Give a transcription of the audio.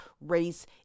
race